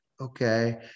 okay